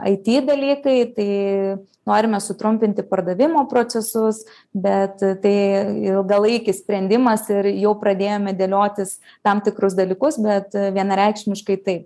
it dalykai tai norime sutrumpinti pardavimo procesus bet tai ilgalaikis sprendimas ir jau pradėjome dėliotis tam tikrus dalykus bet vienareikšmiškai taip